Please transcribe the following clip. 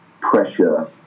pressure